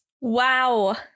Wow